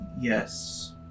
yes